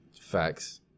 Facts